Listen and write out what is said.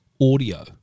audio